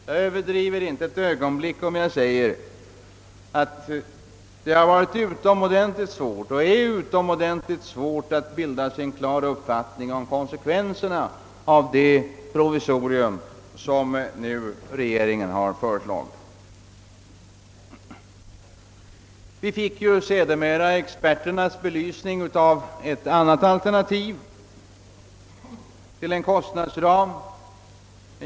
Jag överdriver inte ett ögonblick om jag säger att det har varit och är utomordentligt svårt att bilda sig en klar uppfattning om konsekvenserna av det provisorium som regeringen nu har föreslagit. Vi fick ju sedermera experternas belysning av ett annat alternativ till kostnadsram.